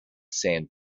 sand